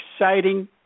exciting